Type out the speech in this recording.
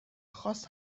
خاص